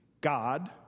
God